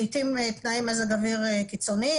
לעתים תנאי מזג אוויר קיצוני,